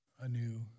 anew